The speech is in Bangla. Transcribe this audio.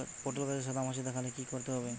পটলে গাছে সাদা মাছি দেখালে কি করতে হবে?